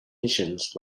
missions